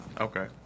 Okay